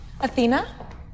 Athena